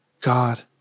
God